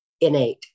innate